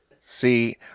See